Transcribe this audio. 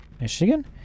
Michigan